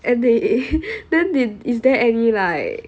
and they then they is there any like